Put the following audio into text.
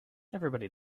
everybody